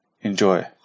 enjoy